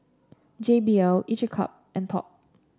J B L each a cup and Top